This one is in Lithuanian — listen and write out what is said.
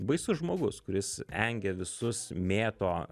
baisus žmogus kuris engia visus mėto